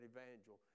Evangel